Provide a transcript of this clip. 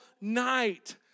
night